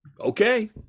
okay